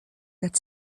that